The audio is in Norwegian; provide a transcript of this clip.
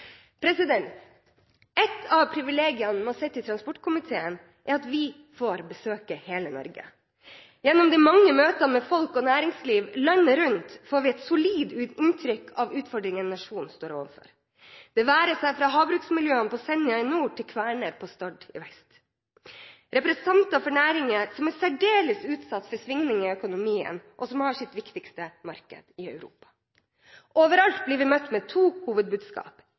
Et av privilegiene ved å sitte i transportkomiteen er at vi får besøke hele Norge. Gjennom de mange møtene med folk og næringsliv landet rundt får vi et solid inntrykk av utfordringene nasjonen står overfor, det være seg fra havbruksmiljøene på Senja i nord, til Kværner på Stord i vest – representanter for næringer som er særdeles utsatt for svingninger i økonomien, og som har sitt viktigste marked i Europa. Overalt blir vi møtt med to hovedbudskap: